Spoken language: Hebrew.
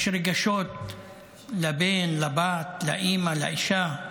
יש רגשות לבן, לבת, לאימא, לאישה.